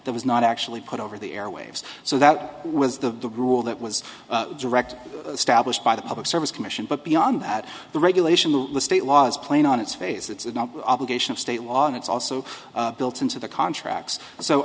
that was not actually put over the airwaves so that was the rule that was direct established by the public service commission but beyond that the regulation the state law is playing on its face it's not obligation of state law and it's also built into the contracts so